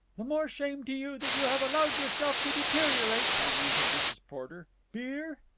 the more shame to you that you have allowed yourself to deteriorate, commented mrs. porter. beer?